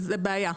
וזו בעיה.